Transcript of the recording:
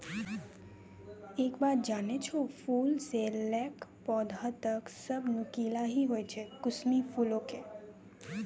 एक बात जानै छौ, फूल स लैकॅ पौधा तक सब नुकीला हीं होय छै कुसमी फूलो के